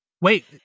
Wait